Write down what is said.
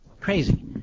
Crazy